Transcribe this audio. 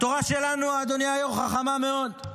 התורה שלנו, אדוני היו"ר, חכמה מאוד.